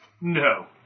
No